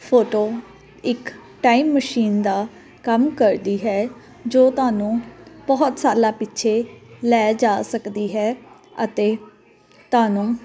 photo ਇੱਕ time machine ਦਾ ਕੰਮ ਕਰਦੀ ਹੈ ਜੋ ਤੁਹਾਨੂੰ ਬਹੁਤ ਸਾਲਾਂ ਪਿੱਛੇ ਲੈ ਜਾ ਸਕਦੀ ਹੈ ਅਤੇ ਤੁਹਾਨੂੰ